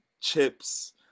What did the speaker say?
chips